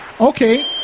Okay